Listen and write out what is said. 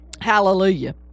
Hallelujah